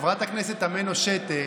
חברת כנסת תמנו שטה.